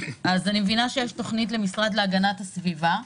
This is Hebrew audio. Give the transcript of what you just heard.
אז אני מבינה שיש תוכנית למשרד להגנת הסביבה,